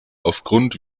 aufgrund